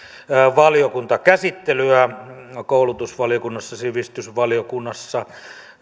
valiokuntakäsittelyä koulutusvaliokunnassa sivistysvaliokunnassa